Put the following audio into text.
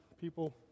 people